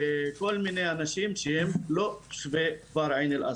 כל מיני אנשים שהם לא תושבי כפר עין אל אסד.